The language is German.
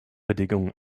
bedingungen